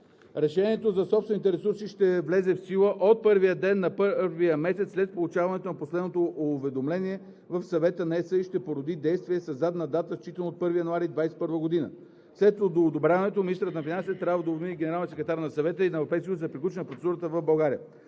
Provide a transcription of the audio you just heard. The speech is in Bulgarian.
Решението за собствените ресурси ще влезе в сила от първия ден на първия месец след получаването на последното уведомление в Съвета на ЕС и ще породи действие със задна дата, считано от 1 януари 2021 г. След одобряването му министърът на финансите трябва да уведоми генералния секретар на Съвета на Европейския съюз за приключване на процедурата в България.